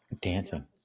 Dancing